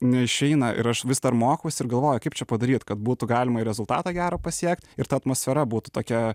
neišeina ir aš vis dar mokausi ir galvoju kaip čia padaryt kad būtų galima ir rezultatą gerą pasiekt ir ta atmosfera būtų tokia